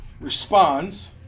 responds